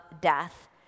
death